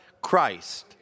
Christ